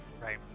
right